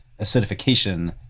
acidification